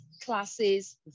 classes